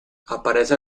aparece